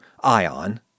ion